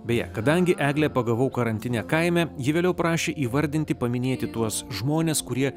beje kadangi eglę pagavau karantine kaime ji vėliau prašė įvardinti paminėti tuos žmones kurie